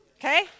Okay